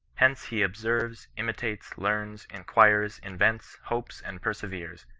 hence he observes, imitates, learns, inquires, invents, hopes, and perseveres,